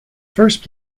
first